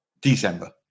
December